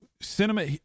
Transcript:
cinema